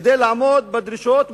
כדי לעמוד בדרישות,